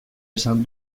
esan